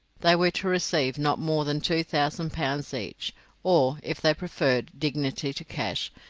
they were to receive not more than two thousand pounds each or, if they preferred dignity to cash,